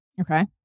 Okay